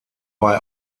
bei